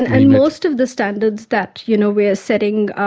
and and most of the standards that you know we are setting,